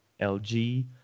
LG